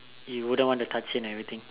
you wouldn't want to touch it and everything